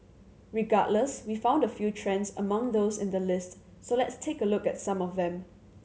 regardless we found a few trends among those in the list so let's take a look at some of them